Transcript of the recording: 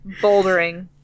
bouldering